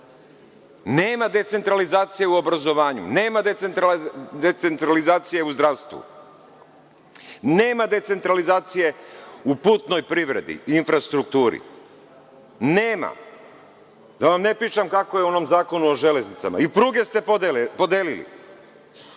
Nema decentralizacije u obrazovanju, nema decentralizacije u zdravstvu, nema decentralizacije u putnoj privredi, infrastrukturi, nema. Da vam ne pričam kako je u onom Zakonu o železnicama, i pruge ste podelili.